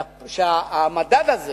שהמדד הזה